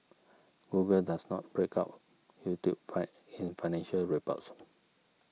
Google does not break out YouTube fine in financial reports